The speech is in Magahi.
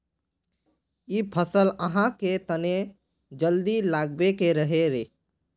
इ फसल आहाँ के तने जल्दी लागबे के रहे रे?